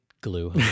glue